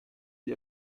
gli